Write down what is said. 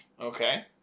Okay